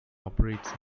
operates